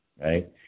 right